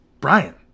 Brian